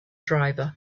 driver